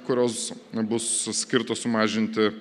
kurios bus skirtos sumažinti